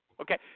Okay